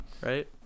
Right